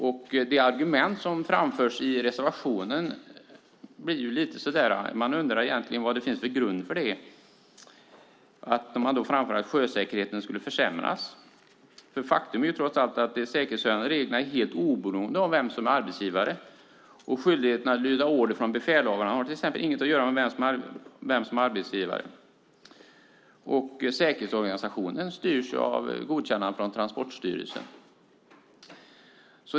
Man kan undra vad det finns för grund för det argument som framförs i reservationen, att sjösäkerheten skulle försämras. De säkerhetshöjande reglerna är helt oberoende av vem som är arbetsgivare. Skyldigheten att lyda order från befälhavarna har inte att göra med vem som är arbetsgivare. Säkerhetsorganisationen styrs ju av godkännande från Transportstyrelsen.